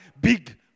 big